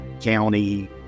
county